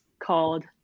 called